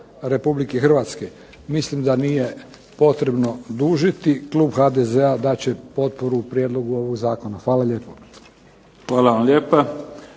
Republike Hrvatske. Mislim da nije potrebno dužiti, klub HDZ-a dat će potporu prijedlogu ovog zakona. Hvala lijepo. **Mimica, Neven